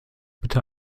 bitte